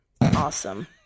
Awesome